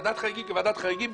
ועדת חריגים כוועדת חריגים,